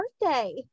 birthday